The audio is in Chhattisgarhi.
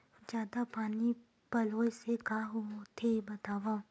जादा पानी पलोय से का होथे बतावव?